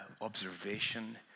observation